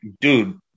dude